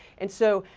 and so,